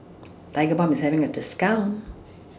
Tigerbalm IS having A discount